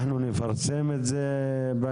אנחנו נפרסם את זה בהמשך.